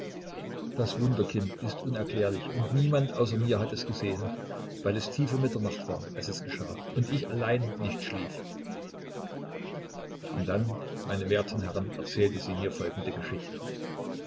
das wunder kind ist unerklärlich und niemand außer mir hat es gesehen weil es tiefe mitternacht war als es geschah und ich allein nicht schlief und dann meine werten herren erzählte sie mir folgende geschichte